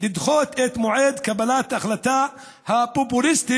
לדחות את מועד קבלת ההחלטה הפופוליסטית,